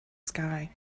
sky